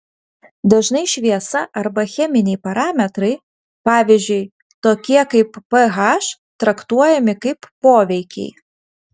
dažnai šviesa arba cheminiai parametrai pavyzdžiui tokie kaip ph traktuojami kaip poveikiai